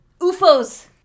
UFOs